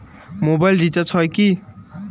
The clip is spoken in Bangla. মোবাইল রিচার্জ হয় কি?